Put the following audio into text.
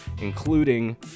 including